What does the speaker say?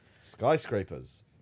Skyscrapers